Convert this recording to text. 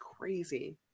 crazy